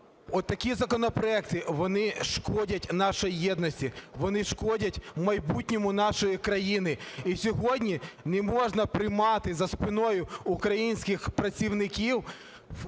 От такі законопроекти, вони шкодять нашій єдності, вони шкодять майбутньому нашої країни. І сьогодні не можна приймати за спиною українських працівників